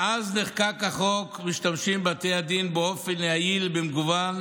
מאז נחקק החוק משתמשים בתי הדין באופן יעיל במגוון